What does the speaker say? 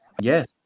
Yes